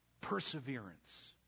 perseverance